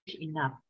enough